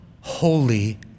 holy